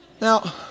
Now